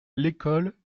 l’école